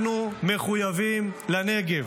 אנחנו מחויבים לנגב.